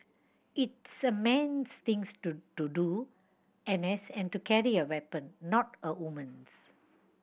it's a man's thing to to do N S and to carry a weapon not a woman's